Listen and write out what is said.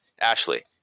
Ashley